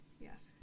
Yes